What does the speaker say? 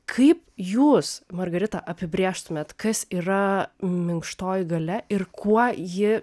kaip jūs margarita apibrėžtumėt kas yra minkštoji galia ir kuo ji